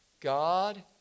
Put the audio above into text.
God